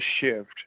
shift